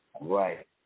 Right